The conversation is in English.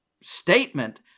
statement